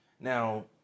Now